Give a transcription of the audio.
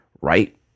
right